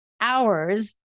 hours